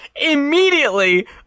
immediately